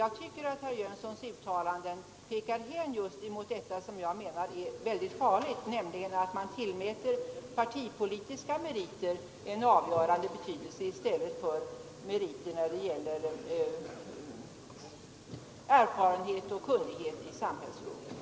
Jag tycker att herr Jönssons uttalanden pekar hän just mot detta som jag menar är mycket farligt, nämligen att man tillmäter partipolitiska meriter en avgörande betydelse i stället för meriter när det gäller erfarenhet och kunnighet i samhällsfrågorna.